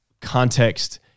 context